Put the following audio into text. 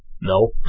no